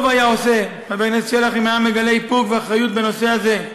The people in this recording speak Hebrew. טוב היה עושה חבר הכנסת שלח אם היה מגלה איפוק ואחריות בנושא הזה.